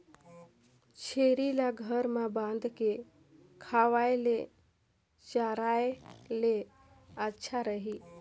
छेरी ल घर म बांध के खवाय ले चराय ले अच्छा रही?